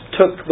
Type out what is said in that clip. took